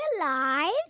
Alive